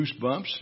goosebumps